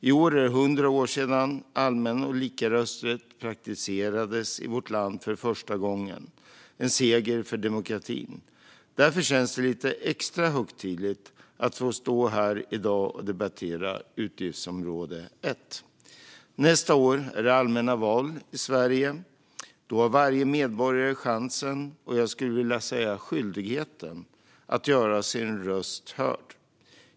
I år är det 100 år sedan allmän och lika rösträtt praktiserades i vårt land för första gången - en seger för demokratin. Därför känns det lite extra högtidligt att få stå här i dag och debattera utgiftsområde l. Nästa år är det allmänna val i Sverige. Då har varje medborgare chansen, och jag skulle vilja säga skyldigheten, att göra sin röst hörd.